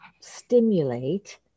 stimulate